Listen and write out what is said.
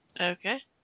Okay